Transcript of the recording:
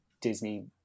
Disney